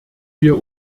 wir